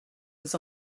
was